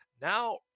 Now